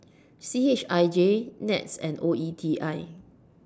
C H I J Nets and O E T I